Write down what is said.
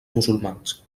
musulmans